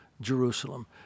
Jerusalem